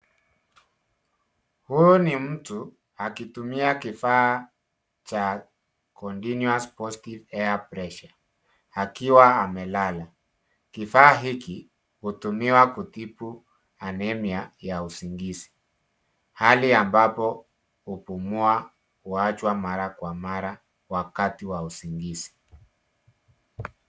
Huo ni mtu akitumia kifaa cha Continuous Positive Air Pressure akiwa amelala. Kifaa hiki hutumiwa kutibu anemia ya usingizi, hali ambapo kupumua huachwa mara kwa mara wakati wa usingizi.